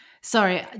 sorry